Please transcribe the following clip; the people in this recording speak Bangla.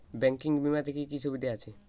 ব্যাঙ্কিং বিমাতে কি কি সুবিধা আছে?